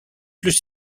plus